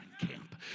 camp